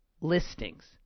listings